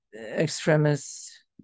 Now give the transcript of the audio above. Extremist